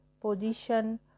position